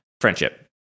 friendship